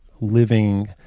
living